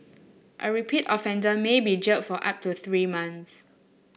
a repeat offender may be jailed for up to three months